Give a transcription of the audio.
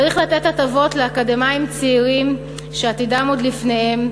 צריך לתת הטבות לאקדמאים צעירים שעתידם עוד לפניהם,